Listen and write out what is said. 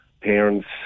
parents